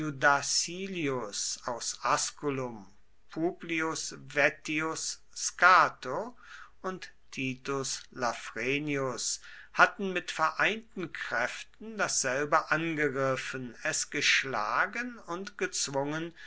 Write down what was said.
iudacilius aus asculum publius vettius scato und titus lafrenius hatten mit vereinten kräften dasselbe angegriffen es geschlagen und gezwungen